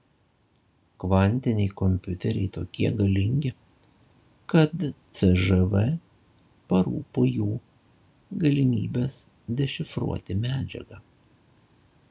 kvantiniai kompiuteriai tokie galingi kad cžv parūpo jų galimybės dešifruoti medžiagą